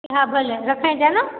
हा भले रखाईंजा न